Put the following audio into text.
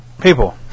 people